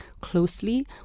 closely